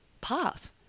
path